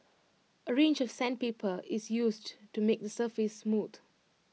A range of sandpaper is used to make the surface smooth